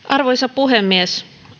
arvoisa puhemies